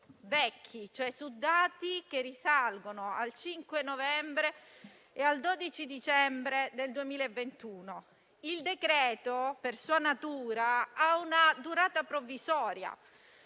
vecchi, che risalgono al 5 novembre e al 12 dicembre 2021. Il decreto, per sua natura, ha una durata provvisoria